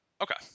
Okay